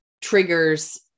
triggers